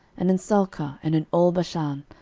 and in salcah, and in all bashan,